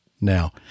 Now